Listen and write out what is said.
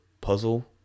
puzzle